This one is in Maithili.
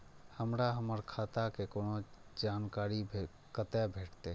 हमरा हमर खाता के कोनो जानकारी कते भेटतै